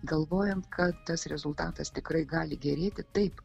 galvojant kad tas rezultatas tikrai gali gerėti taip